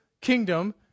kingdom